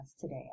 today